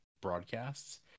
broadcasts